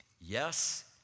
Yes